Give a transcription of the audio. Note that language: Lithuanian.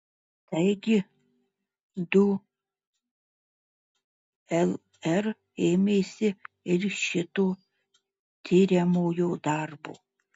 taigi du lr ėmėsi ir šito tiriamojo darbo